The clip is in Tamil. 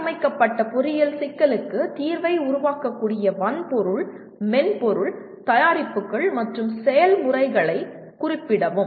வடிவமைக்கப்பட்ட பொறியியல் சிக்கலுக்கு தீர்வை உருவாக்கக்கூடிய வன்பொருள் மென்பொருள் தயாரிப்புகள் மற்றும் செயல்முறைகளை குறிப்பிடவும்